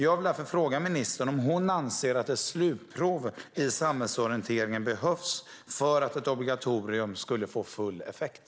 Jag vill därför fråga ministern om hon anser att ett slutprov i samhällsorienteringen behövs för att ett obligatorium skulle få full effekt.